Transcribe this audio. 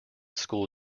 school